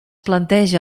planteja